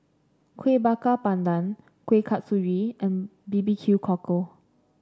Kueh Bakar Pandan Kueh Kasturi and B B Q Cockle